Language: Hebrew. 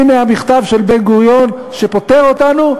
הנה המכתב של בן-גוריון שפוטר אותנו,